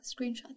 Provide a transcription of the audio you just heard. screenshot